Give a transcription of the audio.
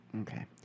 Okay